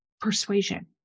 persuasion